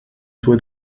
sue